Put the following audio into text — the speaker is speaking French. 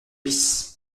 bis